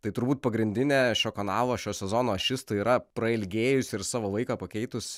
tai turbūt pagrindinė šio kanalo šio sezono ašis tai yra prailgėjusi ir savo laiką pakeitus